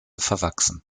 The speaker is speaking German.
verwachsen